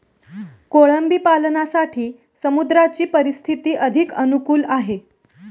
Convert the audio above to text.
कोळंबी पालनासाठी समुद्राची परिस्थिती अधिक अनुकूल आहे